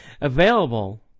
Available